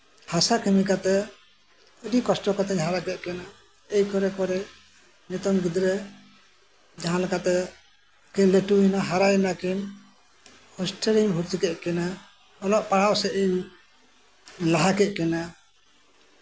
ᱦᱟᱥᱟ ᱠᱟᱹᱢᱤ ᱠᱟᱛᱮᱜ ᱟᱹᱰᱤ ᱠᱚᱥᱴᱚ ᱛᱤᱧ ᱦᱟᱨᱟ ᱠᱮᱜ ᱠᱤᱱᱟ ᱮᱭ ᱠᱚᱨᱮ ᱠᱚᱨᱮ ᱱᱤᱛᱚᱝ ᱜᱤᱫᱽᱨᱟᱹ ᱡᱟᱸᱦᱟ ᱞᱮᱠᱟ ᱛᱮᱠᱤᱱ ᱞᱟᱹᱴᱩᱭ ᱱᱟ ᱦᱟᱨᱟᱭᱱᱟᱠᱤᱱ ᱦᱚᱥᱴᱮᱞ ᱨᱤᱧ ᱵᱷᱚᱨᱛᱤ ᱠᱮᱜ ᱠᱤᱱᱟ ᱚᱞᱚᱜ ᱯᱟᱲᱦᱟᱜ ᱥᱮᱜ ᱤᱧ ᱞᱟᱦᱟ ᱠᱮᱜ ᱠᱤᱱᱟ